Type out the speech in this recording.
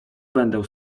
będę